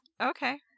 Okay